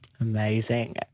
amazing